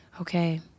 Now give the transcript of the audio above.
Okay